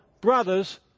brothers